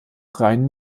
rhein